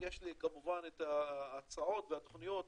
יש לי כמובן את ההצעות והתוכניות,